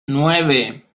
nueve